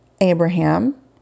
Abraham